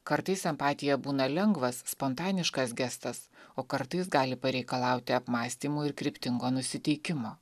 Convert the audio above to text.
kartais empatija būna lengvas spontaniškas gestas o kartais gali pareikalauti apmąstymų ir kryptingo nusiteikimo